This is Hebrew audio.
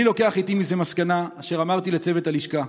אני לוקח איתי מזה מסקנה, אשר אמרתי לצוות הלשכה: